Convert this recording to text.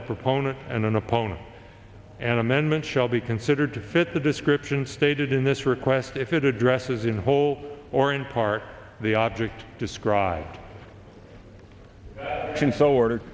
the proponent and an opponent an amendment shall be considered to fit the description stated in this request if it addresses in whole or in part the object described console order